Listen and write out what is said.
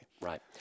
Right